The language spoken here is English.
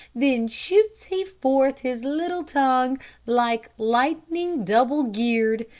then shoots he forth his little tongue like lightning double-geared.